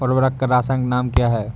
उर्वरक का रासायनिक नाम क्या है?